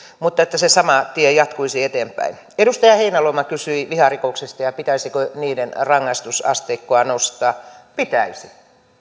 mutta että se sama tie jatkuisi eteenpäin edustaja heinäluoma kysyi viharikoksista ja siitä pitäisikö niiden rangaistusasteikkoa nostaa pitäisi